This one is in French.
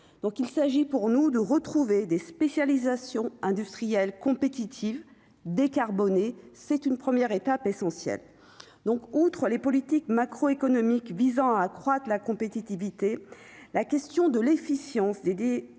donc il s'agit pour nous de retrouver des spécialisations industrielle compétitive décarbonnées c'est une première étape essentielle, donc, outre les politiques macro-économiques visant à accroître la compétitivité, la question de l'efficience des,